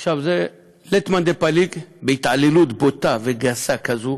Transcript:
עכשיו, זה לית מאן דפליג בהתעללות בוטה וגסה כזאת